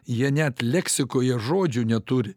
jie net leksikoje žodžių neturi